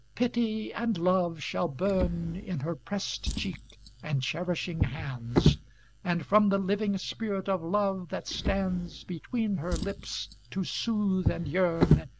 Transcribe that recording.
pity and love shall burn in her pressed cheek and cherishing hands and from the living spirit of love that stands between her lips to soothe and yearn,